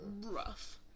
rough